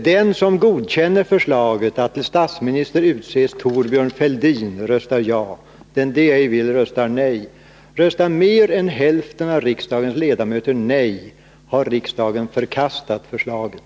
Jag får erinra om att förslag om ny statsminister skall prövas av riksdagen genom omröstning. Röstar mer än hälften av riksdagens ledamöter nej har riksdagen förkastat förslaget.